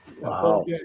Wow